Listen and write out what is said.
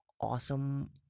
awesome